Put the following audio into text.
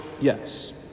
Yes